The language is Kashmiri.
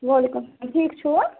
وعلیکُم سلام ٹھیٖک چھِوٕ